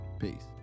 Peace